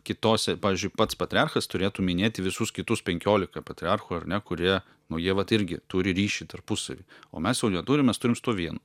kitose pavyzdžiui pats patriarchas turėtų minėti visus kitus penkiolika patriarchų ar ne kurie nu jie vat irgi turi ryšį tarpusavy o mes jo neturim mes turim su tuo vienu